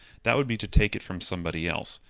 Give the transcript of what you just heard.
that would be to take it from somebody else.